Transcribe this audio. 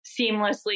seamlessly